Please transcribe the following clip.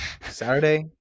Saturday